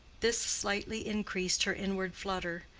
this slightly increased her inward flutter.